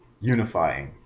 unifying